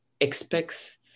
expects